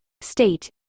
state